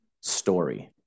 story